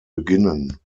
beginnen